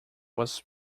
was